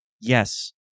Yes